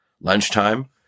lunchtime